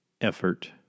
effort